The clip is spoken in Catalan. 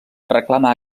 reclama